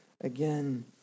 again